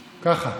ככה,